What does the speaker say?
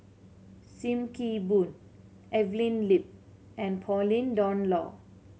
Sim Kee Boon Evelyn Lip and Pauline Dawn Loh